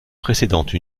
précédente